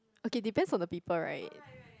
okay depends on the people right